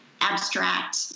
abstract